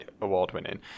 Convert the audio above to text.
award-winning